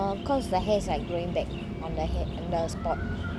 err cause the hair is like growing back on the hair on the spot